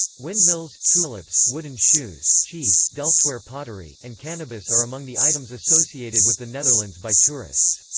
windmills, tulips, wooden shoes, cheese, delftware pottery, and cannabis are among the items associated with the netherlands by tourists.